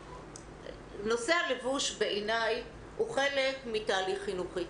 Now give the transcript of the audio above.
נושא הלבוש בעיניי הוא חלק מתהליך חינוכי.